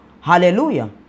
Hallelujah